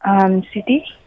City